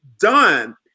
done